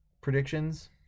predictions